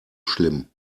schlimm